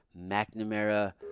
McNamara